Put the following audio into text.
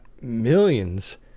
millions